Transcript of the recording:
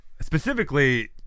Specifically